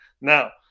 Now